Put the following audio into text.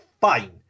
fine